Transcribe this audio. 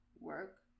work